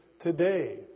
today